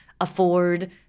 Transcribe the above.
afford